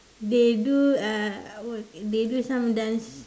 they do uh work they do some dance